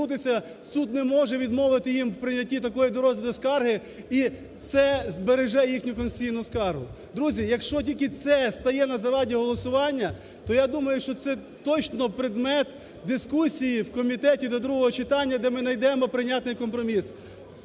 суд не може відмовити їм у прийнятті такої до розгляду скарги і це збереже їхню конституційну скаргу. Друзі, якщо тільки це стає на заваді голосування, то я думаю, що це точно предмет дискусії в комітеті до другого читання, де ми знайдемо прийнятний компроміс.